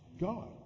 God